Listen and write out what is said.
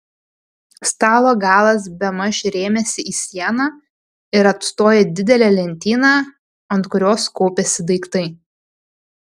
stalo galas bemaž rėmėsi į sieną ir atstojo didelę lentyną ant kurios kaupėsi daiktai